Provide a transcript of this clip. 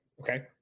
Okay